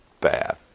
bad